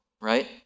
right